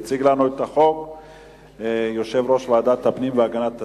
יציג לנו את החוק יושב-ראש ועדת הפנים והגנת הסביבה,